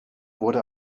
wurde